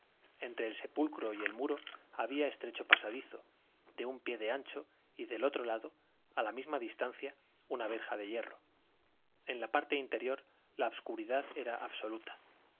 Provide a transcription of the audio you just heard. entre el sepulcro y el muro había estrecho pasadizo de un pie de ancho y del otro lado a la misma distancia una verja de hierro en la parte interior la obscuridad era absoluta